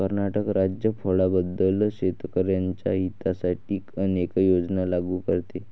कर्नाटक राज्य फळांबद्दल शेतकर्यांच्या हितासाठी अनेक योजना लागू करते